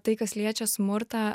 tai kas liečia smurtą